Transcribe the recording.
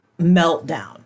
meltdown